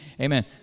Amen